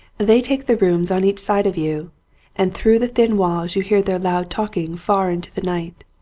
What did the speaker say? they take the rooms on each side of you and through the thin walls you hear their loud talking far into the night.